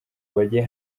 bajye